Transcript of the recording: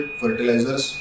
fertilizers